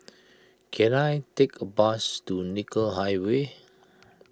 can I take a bus to Nicoll Highway